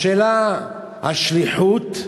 השאלה, השליחות,